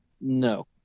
No